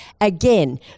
Again